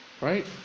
Right